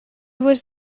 was